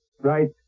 Right